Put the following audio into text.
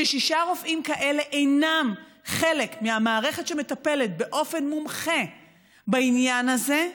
וכשישה רופאים כאלה אינם חלק מהמערכת שמטפלת במומחיות בעניין הזה,